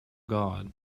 god